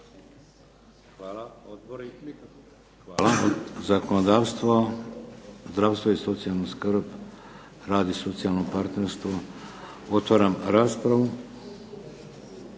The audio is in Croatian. Odbori? Zakonodavstvo? Zdravstvo i socijalna skrb? Rad i socijalno partnerstvo? Otvaram raspravu.